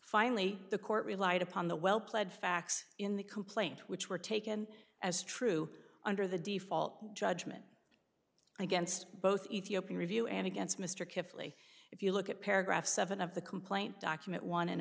finally the court relied upon the well pled facts in the complaint which were taken as true under the default judgment against both ethiopian review and against mr carefully if you look at paragraph seven of the complaint document one